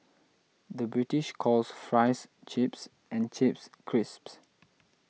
the British calls Fries Chips and Chips Crisps